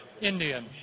Indian